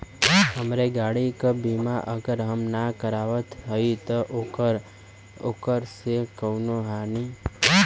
हमरे गाड़ी क बीमा अगर हम ना करावत हई त ओकर से कवनों हानि?